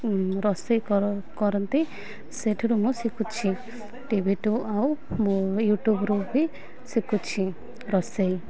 ରୋଷେଇ କର କରନ୍ତି ସେଠରୁ ମୁଁ ଶିଖୁଛି ଟିଭିଠୁ ଆଉ ମୁଁ ୟୁଟ୍ୟୁବ୍ରୁ ବି ଶିଖୁଛି ରୋଷେଇ